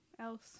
else